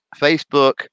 facebook